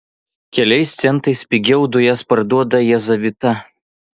keliais centais pigiau dujas parduoda jazavita